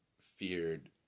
feared